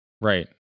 Right